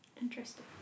Interesting